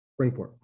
Springport